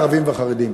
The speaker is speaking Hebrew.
גם לערבים וחרדים.